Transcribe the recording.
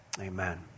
Amen